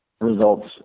results